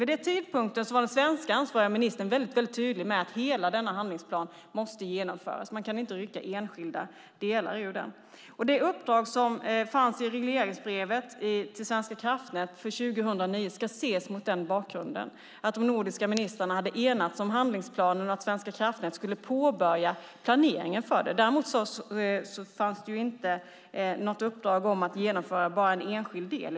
Vid den tidpunkten var den svenska ansvariga ministern tydlig med att hela handlingsplanen måste genomföras - man kan inte rycka ut delar ur den. Det uppdrag som fanns i regleringsbrevet till Svenska kraftnät för 2009 ska ses mot den bakgrunden att de nordiska ministrarna hade enats om handlingsplanen och att Svenska kraftnät skulle påbörja planeringen för den. Däremot fanns det inte något uppdrag om att genomföra bara en enskild del.